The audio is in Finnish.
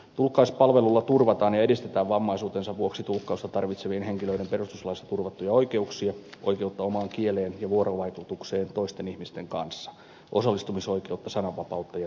tulkkauspalvelulla turvataan ja edistetään vammaisuutensa vuoksi tulkkausta tarvitsevien henkilöiden perustuslaissa turvattuja oikeuksia oikeutta omaan kieleen ja vuorovaikutukseen toisten ihmisten kanssa osallistumisoikeutta sananvapautta ja tiedonsaantia